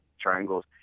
triangles